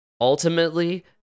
ultimately